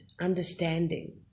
understanding